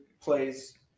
plays